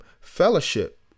fellowship